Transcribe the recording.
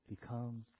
becomes